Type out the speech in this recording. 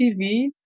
TV